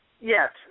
Yes